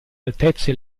altezze